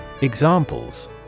Examples